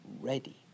ready